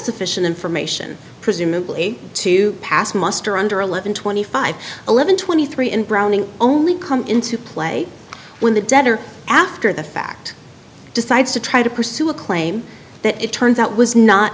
sufficient information presumably to pass muster under eleven twenty five eleven twenty three in browning only come into play when the debtor after the fact decides to try to pursue a claim that it turns out was not